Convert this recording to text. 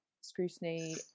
scrutiny